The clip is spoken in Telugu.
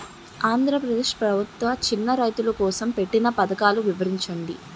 ఆంధ్రప్రదేశ్ ప్రభుత్వ చిన్నా రైతుల కోసం పెట్టిన పథకాలు వివరించండి?